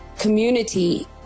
community